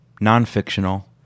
non-fictional